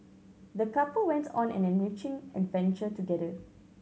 the couple went on an enriching adventure together